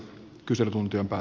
kyselytunti jonka